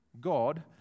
God